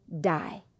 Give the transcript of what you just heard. die